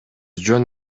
жөн